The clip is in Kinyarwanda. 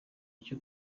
icyo